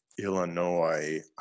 Illinois